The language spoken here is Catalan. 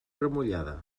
remullada